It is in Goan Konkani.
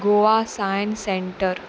Goa science centre